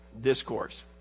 discourse